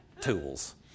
tools